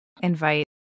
invite